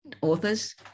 authors